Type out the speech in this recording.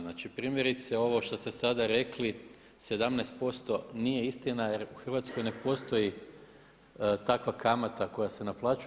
Znači primjerice ovo što ste sada rekli 17% nije istina jer u Hrvatskoj ne postoji takva kamata koja se naplaćuje.